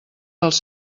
dels